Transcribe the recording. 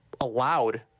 allowed